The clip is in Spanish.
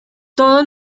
todos